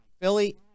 Philly